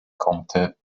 comptes